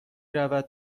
رود